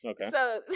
Okay